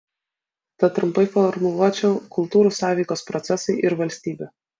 tad trumpai formuluočiau kultūrų sąveikos procesai ir valstybė